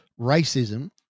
racism